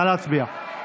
נא להצביע.